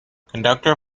conductor